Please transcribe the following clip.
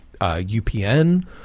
UPN